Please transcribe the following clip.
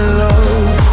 love